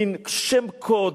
מין שם קוד.